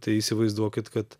tai įsivaizduokit kad